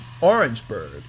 orangeburg